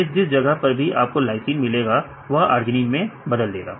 जिस जिस जगह पर भी आपको LYS मिलेगा वह ARG मैं बदल देगा